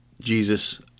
Jesus